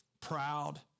proud